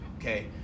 Okay